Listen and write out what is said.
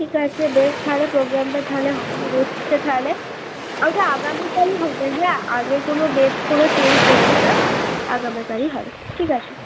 ঠিক আছে বেশ তাহলে প্রোগ্রামটা তাহলে আমাদের হচ্ছে তাহলে ওটা আগামীকালই হবে হ্যাঁ আগের কোনও ডেট কোনও চেঞ্জ হচ্ছে না আগামীকালই হবে ঠিক আছে